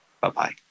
bye-bye